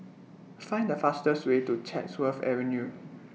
Find The fastest Way to Chatsworth Avenue